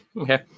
okay